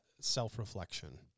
self-reflection